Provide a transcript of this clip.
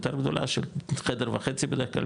יותר גדולה של חדר וחצי בדרך כלל,